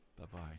Bye-bye